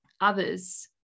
others